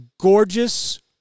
gorgeous